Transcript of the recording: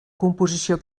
composició